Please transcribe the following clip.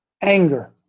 Anger